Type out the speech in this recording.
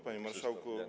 Panie Marszałku!